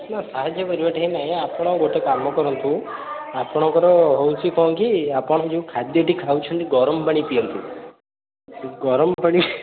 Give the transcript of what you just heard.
ନା ସାହାଯ୍ୟ କରିବା ଠେଇଁ ନାଇଁ ଆପଣ ଗୋଟେ କାମ କରନ୍ତୁ ଆପଣଙ୍କର ହେଉଛି କ'ଣ କି ଆପଣ ଯେଉଁ ଖାଦ୍ୟଟି ଖାଉଛନ୍ତି ଗରମ ପାଣି ପିଅନ୍ତୁ ଗରମ ପାଣି